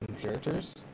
characters